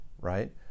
right